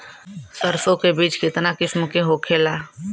सरसो के बिज कितना किस्म के होखे ला?